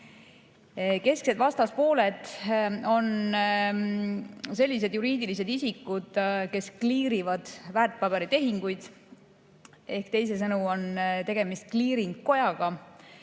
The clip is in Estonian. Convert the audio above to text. Kesksed vastaspooled on sellised juriidilised isikud, kes kliirivad väärtpaberitehinguid, ehk teisisõnu on tegemist kliiringkojaga.